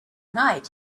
night